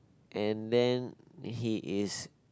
and then he is